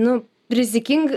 nu rizikinga